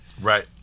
Right